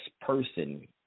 person